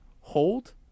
Hold